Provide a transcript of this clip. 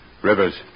Rivers